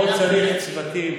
פה צריך צוותים,